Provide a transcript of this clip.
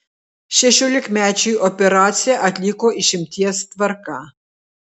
šešiolikmečiui operaciją atliko išimties tvarka